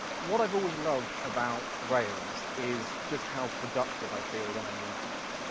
what i've always loved about rails is, just how productive i feel when i'm using it.